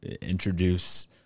introduce